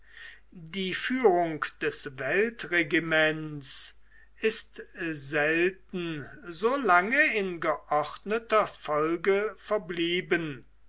die führung des weltregiments ist selten so lange in geordneter folge verblieben